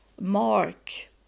mark